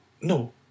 no